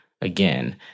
Again